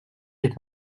est